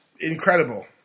Incredible